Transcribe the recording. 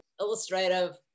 illustrative